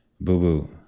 boo-boo